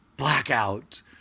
blackout